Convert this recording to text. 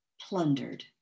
plundered